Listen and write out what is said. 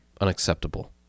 unacceptable